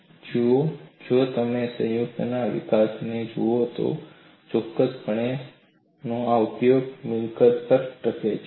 જુઓ જો તમે સંયુક્તના વિકાસને જુઓ તો તે ચોક્કસપણે આ ઉપયોગી મિલકત પર ટકે છે